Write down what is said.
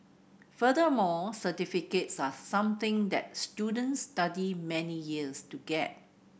furthermore certificates are something that students study many years to get